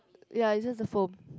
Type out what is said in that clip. ya is just the form